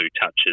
touches